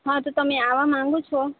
હા તો તમે આવવા માંગો છો